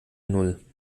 null